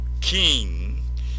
king